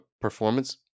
performance